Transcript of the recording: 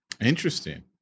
Interesting